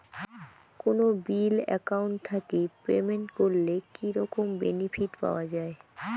কোনো bill account থাকি payment করলে কি রকম বেনিফিট পাওয়া য়ায়?